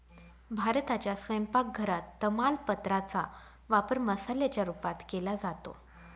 भारताच्या स्वयंपाक घरात तमालपत्रा चा वापर मसाल्याच्या रूपात केला जातो